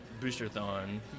Boosterthon